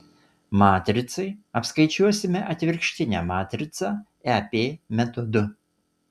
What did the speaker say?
matricai apskaičiuosime atvirkštinę matricą ep metodu